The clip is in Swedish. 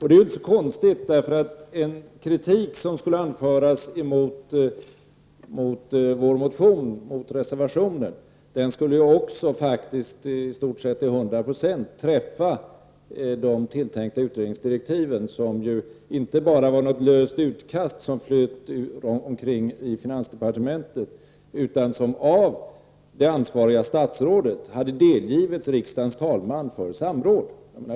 Det är inte så konstigt, för en kritik som skulle anföras mot vår motion och mot reservationen skulle också till 100 96 träffa de tilltänkta utredningsdirektiven, som inte bara var något löst utkast som flöt omkring i finansdepartementet utan som av det ansvariga statsrådet hade delgivits riksdagens talman för samråd.